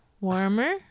warmer